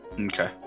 Okay